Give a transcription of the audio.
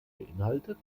beinhaltet